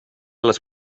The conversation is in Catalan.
les